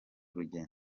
rugendo